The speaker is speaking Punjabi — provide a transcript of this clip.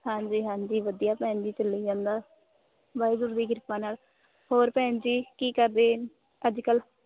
ਹਾਂਜੀ ਹਾਂਜੀ ਵਧੀਆ ਭੈਣ ਜੀ ਚੱਲੀ ਜਾਂਦਾ ਵਾਹਿਗੁਰੂ ਦੀ ਕ੍ਰਿਪਾ ਨਾਲ ਹੋਰ ਭੈਣ ਜੀ ਕੀ ਕਰਦੇ ਅੱਜ ਕੱਲ੍ਹ